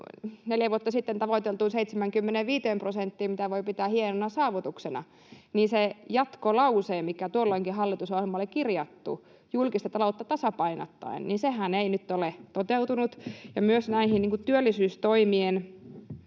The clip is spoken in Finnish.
neljä vuotta sitten tavoiteltuun 75 prosenttiin, mitä voi pitää hienona saavutuksena, se jatkolause, mikä tuolloinkin hallitusohjelmaan oli kirjattu, ”julkista taloutta tasapainottaen”, sehän ei nyt ole toteutunut. Myös näihin työllisyystoimien